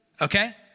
Okay